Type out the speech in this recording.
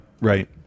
right